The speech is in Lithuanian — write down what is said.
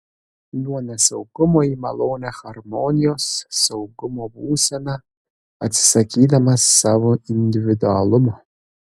nuo nesaugumo į malonią harmonijos saugumo būseną atsisakydamas savo individualumo